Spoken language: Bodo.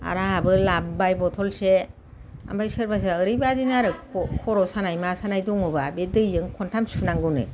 आरो आंहाबो लाबाय बथलसे ओमफ्राय सोरबा सोरबा ओरैबायदिनो आरो खर' सानाय मा सानाय दङबा बे दैजों खन्थाम सुनांगौनो